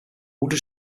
gute